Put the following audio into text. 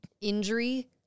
Injury